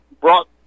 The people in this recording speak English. brought